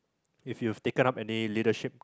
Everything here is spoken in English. if you've taken up any leadership